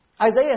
Isaiah